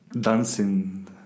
dancing